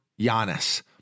Giannis